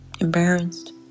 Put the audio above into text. embarrassed